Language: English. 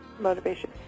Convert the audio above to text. motivation